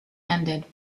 ended